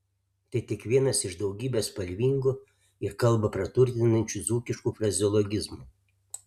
tai tik vienas iš daugybės spalvingų ir kalbą praturtinančių dzūkiškų frazeologizmų